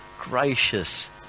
gracious